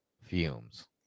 fumes